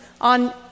on